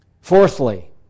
Fourthly